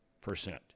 percent